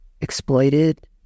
exploited